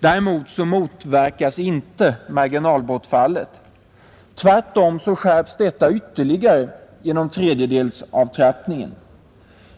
Däremot motverkas inte marginalbortfallet. Tvärtom skärps det ytterligare genom tredjedelsavtrappningen.